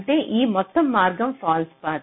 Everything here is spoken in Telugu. అంటే ఈ మొత్తం మార్గం ఫాల్స్ పాత్